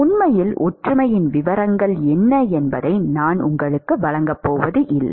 உண்மையில் ஒற்றுமையின் விவரங்கள் என்ன என்பதை நான் உங்களுக்கு வழங்கப் போவதில்லை